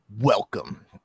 Welcome